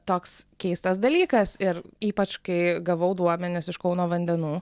toks keistas dalykas ir ypač kai gavau duomenis iš kauno vandenų